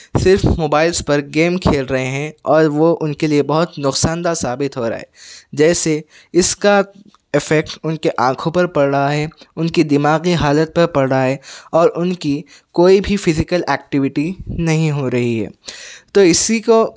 صرف موبائلس پر گیم کھیل رہے ہیں اور وہ ان کے لیے بہت نقصان دہ ثابت ہو رہا ہے جیسے اس کا اِفیکٹ ان کے آنکھوں پر پڑ رہا ہے ان کی دماغی حالت پر پڑ رہا ہے اور ان کی کوئی بھی فیزیکل ایکٹویٹی نہیں ہو رہی ہے تو اسی کو